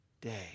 day